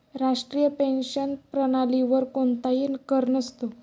राष्ट्रीय पेन्शन प्रणालीवर कोणताही कर नसतो